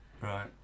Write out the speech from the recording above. right